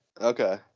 Okay